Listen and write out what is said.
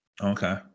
Okay